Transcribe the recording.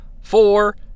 four